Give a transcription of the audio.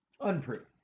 Unproven